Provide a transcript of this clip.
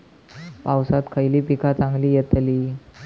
पावसात खयली पीका चांगली येतली?